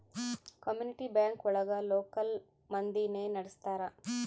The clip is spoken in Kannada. ಕಮ್ಯುನಿಟಿ ಬ್ಯಾಂಕ್ ಒಳಗ ಲೋಕಲ್ ಮಂದಿನೆ ನಡ್ಸ್ತರ